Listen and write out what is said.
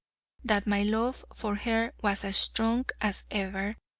that my love for her was as strong as ever,